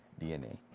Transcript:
DNA